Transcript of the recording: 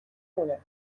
مونه